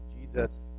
Jesus